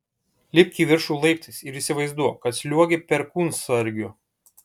lipk į viršų laiptais ir įsivaizduok kad sliuogi perkūnsargiu